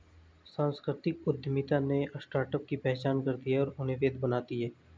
सांस्कृतिक उद्यमिता नए स्टार्टअप की पहचान करती है और उन्हें वैध बनाती है